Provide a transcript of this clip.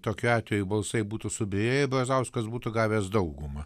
tokiu atveju balsai būtų subyrėję brazauskas būtų gavęs daugumą